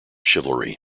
chivalry